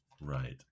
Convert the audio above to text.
Right